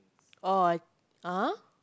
orh I ah